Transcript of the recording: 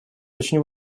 очень